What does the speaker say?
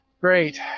Great